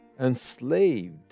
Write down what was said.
enslaved